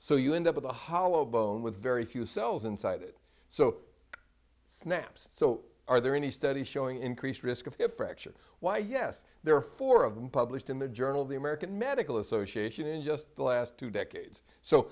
so you end up with a hollow bone with very few cells inside it so snap's so are there any studies showing increased risk of a fracture why yes there are four of them published in the journal of the american medical association in just the last two decades so